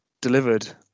delivered